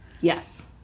Yes